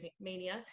Mania